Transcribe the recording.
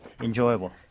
enjoyable